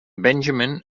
benjamin